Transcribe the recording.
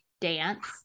Dance